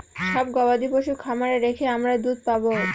সব গবাদি পশু খামারে রেখে আমরা দুধ পাবো